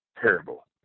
terrible